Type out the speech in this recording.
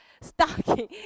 Stocking